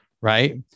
right